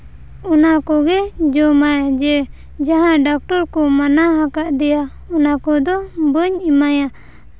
ᱚᱱᱟ ᱠᱚᱜᱮ ᱡᱚᱢᱟᱭ ᱡᱮ ᱡᱟᱦᱟᱸ ᱰᱟᱠᱴᱚᱨ ᱠᱚ ᱢᱟᱱᱟ ᱟᱠᱟᱫᱮᱭᱟ ᱚᱱᱟ ᱠᱚᱫᱚ ᱵᱟᱹᱧ ᱮᱢᱟᱭᱟ